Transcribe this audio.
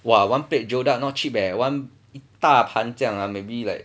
!wah! one plate geoduck not cheap eh one 大盘这样啊 maybe like